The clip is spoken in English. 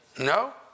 No